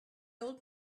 old